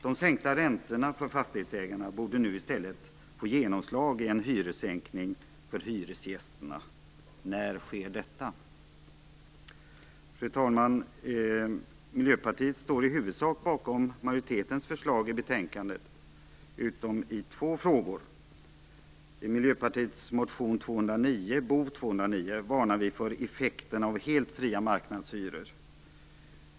De sänkta räntorna för fastighetsägarna borde nu i stället få genomslag i form av en hyressänkning för hyresgästerna. När sker detta? Miljöpartiet står i huvudsak bakom utskottsmajoritetens förslag i betänkandet utom i två frågor. I Miljöpartiets motion 1996/97:Bo209 varnar vi för effekterna av helt fria marknadshyror.